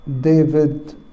David